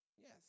Yes